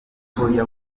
yabonye